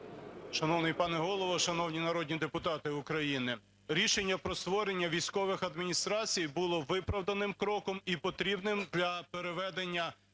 Шановний пане Голово, шановні народні депутати України! Рішення про створення військових адміністрацій було виправданим кроком і потрібним для переведення